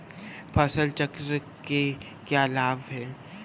फसल चक्र के क्या लाभ हैं?